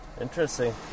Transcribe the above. Interesting